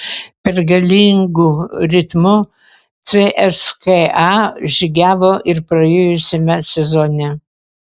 pergalingu ritmu cska žygiavo ir praėjusiame sezone